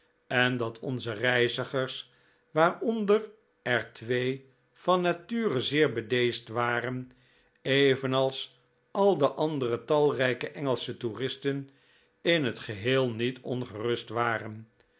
en dat onze reizigers waaronder er twee van nature zeer bedeesd waren evenals al de andere talrijke engelsche touristen in t geheel niet ongerust waren